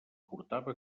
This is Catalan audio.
portava